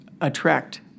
attract